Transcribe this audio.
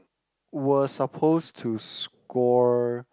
were supposed to score